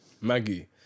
Maggie